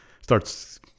starts